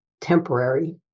temporary